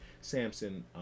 Samson